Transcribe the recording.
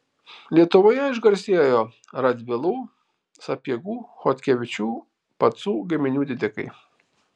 lietuvoje išgarsėjo radvilų sapiegų chodkevičių pacų giminių didikai